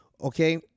Okay